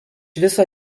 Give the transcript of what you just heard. viso